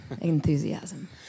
enthusiasm